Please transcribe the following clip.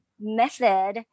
method